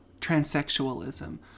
transsexualism